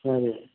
சரி